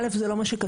א', זה לא מה שכתוב.